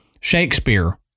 Shakespeare